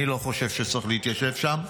אני לא חושב שצריך להתיישב שם.